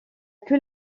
que